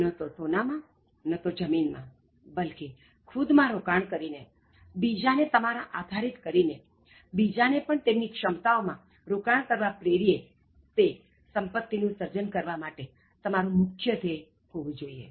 ન તો સોના માં ન તો જમીન માં બલ્કિ ખુદ માં રોકાણ કરીને બીજાને તમારા આધારિત કરીને બીજાને પણ તેમની ક્ષમતાઓ માં રોકાણ કરવા પ્રેરીએ તે સંપત્તિનું સર્જન કરવા માટે તમારું મુખ્ય ધ્યેય હોવું જોઇએ